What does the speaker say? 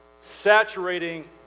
saturating